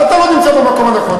אז אתה לא נמצא במקום הנכון,